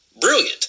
brilliant